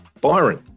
Byron